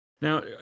Now